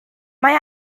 mae